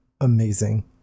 amazing